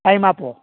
time આપો